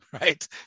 right